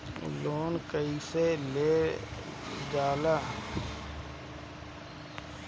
Loan कईसे लेल जाला?